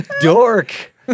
dork